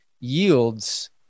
yields